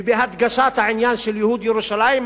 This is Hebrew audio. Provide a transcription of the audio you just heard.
ובהדגשת העניין של ייהוד ירושלים,